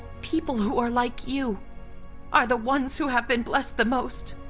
people who are like you are the ones who have been blessed the most.